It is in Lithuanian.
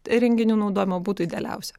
įrenginių naudojimo būtų idealiausia